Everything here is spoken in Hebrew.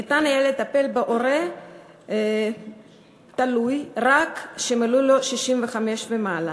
ניתן היה לטפל בהורה תלוי רק כשמלאו לו 65 ומעלה.